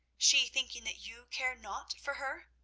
she thinking that you care naught for her?